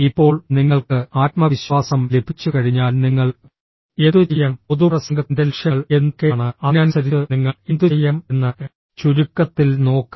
ഇപ്പോൾ നിങ്ങൾക്ക് ആത്മവിശ്വാസം ലഭിച്ചുകഴിഞ്ഞാൽ നിങ്ങൾ എന്തുചെയ്യണം പൊതുപ്രസംഗത്തിന്റെ ലക്ഷ്യങ്ങൾ എന്തൊക്കെയാണ് അതിനനുസരിച്ച് നിങ്ങൾ എന്തുചെയ്യണം എന്ന് ചുരുക്കത്തിൽ നോക്കാം